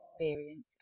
experience